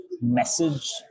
message